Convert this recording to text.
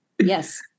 Yes